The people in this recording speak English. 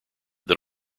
that